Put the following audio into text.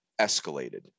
escalated